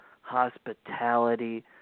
hospitality